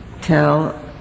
tell